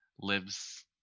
lives